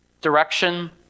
direction